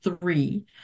three